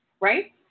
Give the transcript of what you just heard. right